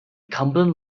cumberland